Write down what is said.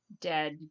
dead